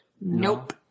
Nope